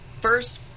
first